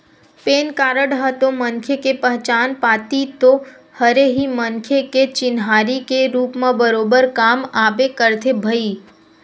PAN card ह तो मनखे के पहचान पाती तो हरे ही मनखे के चिन्हारी के रुप म बरोबर काम आबे करथे भई